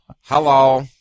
Hello